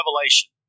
revelation